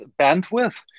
bandwidth